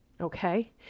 Okay